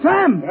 Sam